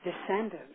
descendants